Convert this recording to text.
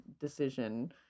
decision